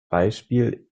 beispiel